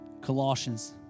Colossians